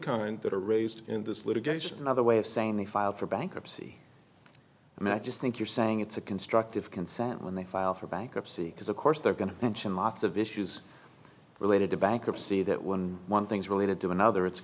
kind that are raised in this litigation another way of saying they filed for bankruptcy and i just think you're saying it's a constructive consent when they file for bankruptcy because of course they're going to action lots of issues related to bankruptcy that one one things related to another it's